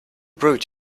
brute